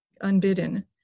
unbidden